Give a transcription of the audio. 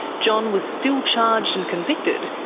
john was still charged and convicted,